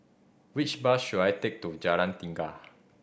which bus should I take to Jalan Tiga